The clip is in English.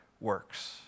works